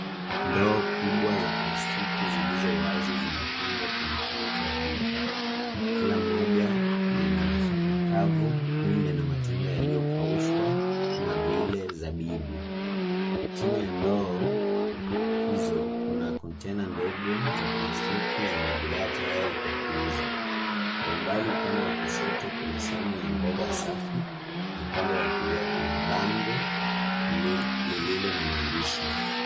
Ndoo kubwa za plastiki zilizo wazi zimepangwa kwenye kaunta ya duka. Kila moja lina nafaka kavu, kunde na matunda yaliyokaushwa kama vile zabibu. Chini ya ndoo hizo kuna container ndogo za plastiki zenye bidhaa tayari kwa kuuza. Kwa umbali upande wa kushoto kuna sehemu ya mboga safi na upande wa kulia kuna bango lililo na maandishi.